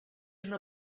una